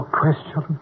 question